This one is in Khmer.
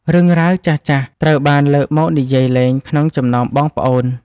រឿងរ៉ាវចាស់ៗត្រូវបានលើកមកនិយាយលេងក្នុងចំណោមបងប្អូន។